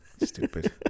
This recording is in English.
Stupid